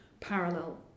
parallel